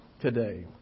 today